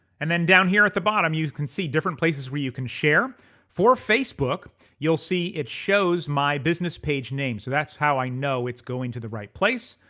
and then down here at the bottom you can see different places where you can share for facebook you'll see it shows my business page name so that's how i know it's going to the right place.